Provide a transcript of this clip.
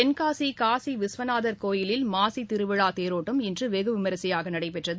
தென்காசிகாசிவிஸ்வநாதர் கோவில் மாசிதிருவிழாதேரோட்டம் இன்றுவெகுவிமர்சையாகநடைபெற்றது